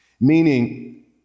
Meaning